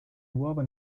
uova